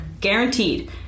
Guaranteed